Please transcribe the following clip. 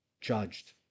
judged